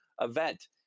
event